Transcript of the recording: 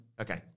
Okay